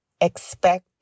expect